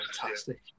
fantastic